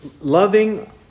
loving